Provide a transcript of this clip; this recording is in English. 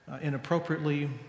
inappropriately